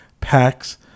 packs